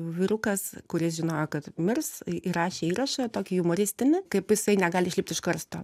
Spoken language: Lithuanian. vyrukas kuris žinojo kad mirs tai įrašė įrašą tokį jumoristinį kaip jisai negali išlipti iš karsto